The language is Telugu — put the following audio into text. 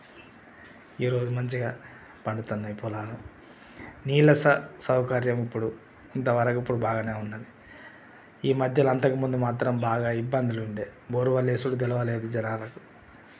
ఈరోజు మంచిగా పండుతన్నాయ్ పొలాలు నీళ్ళ స సౌకర్యం ఇప్పుడు ఇంత వరకు ఇప్పుడు బాగానే ఉంది ఈ మద్యల అంతక ముందు మాత్రం బాగా ఇబ్బందులుండేవి బోరు బావులు ఏస్కోవడం తెలవలె జనాలకు